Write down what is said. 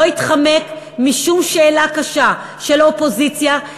לא התחמק משום שאלה קשה של אופוזיציה,